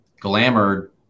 Glamoured